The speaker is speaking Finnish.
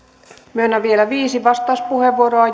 myönnän vielä viisi vastauspuheenvuoroa